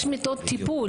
יש מיטות טיפול,